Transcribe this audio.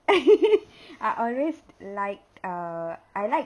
I always liked err I like